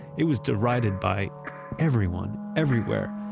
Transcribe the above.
it was derided by everyone, everywhere,